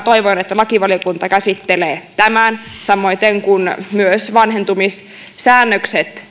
toivon että lakivaliokunta käsittelee tämän samoiten myös vanhentumissäännökset